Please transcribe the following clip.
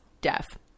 deaf